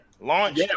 Launch